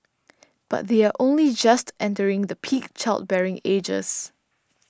but they are only just entering the peak childbearing ages